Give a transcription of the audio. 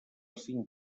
cinc